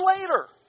later